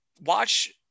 watch